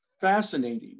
fascinating